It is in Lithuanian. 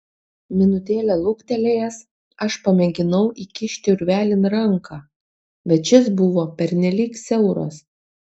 minutėlę luktelėjęs aš pamėginau įkišti urvelin ranką bet šis buvo pernelyg siauras